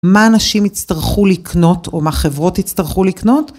מה אנשים יצטרכו לקנות או מה חברות יצטרכו לקנות?